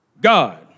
God